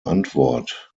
antwort